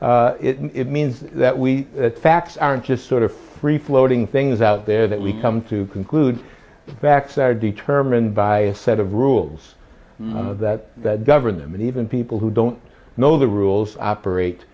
but it means that we facts aren't just sort of free floating things out there that we come to conclude the facts are determined by a set of rules that govern them and even people who don't know the rules operate